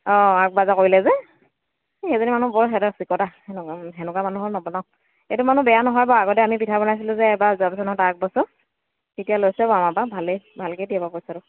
অঁ আগবাৰ যে কৰিলে যে এই সেইজনী মানুহ বৰ চিকটা সেনেকুৱা মানুহৰ নবনাওঁ এইটো মানুহ বেয়া নহয় বাৰু আগতে আমি পিঠা বনাইছিলোঁ যে এবাৰ যোৱা বছৰ নহয় তাৰ আগবছৰ তেতিয়া লৈছে বাৰু আমাৰপৰা ভালেই ভালকৈয়ে দিয়ে পইচাটো